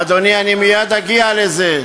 אדוני, אני מייד אגיע לזה.